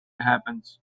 happens